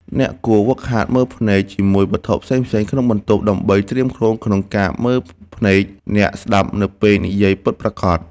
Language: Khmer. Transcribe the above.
អ្នកគួរហ្វឹកហាត់មើលភ្នែក ជាមួយវត្ថុផ្សេងៗក្នុងបន្ទប់ ដើម្បីត្រៀមខ្លួនក្នុងការមើលភ្នែកអ្នកស្ដាប់នៅពេលនិយាយពិតប្រាកដ។